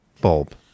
bulb